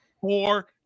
four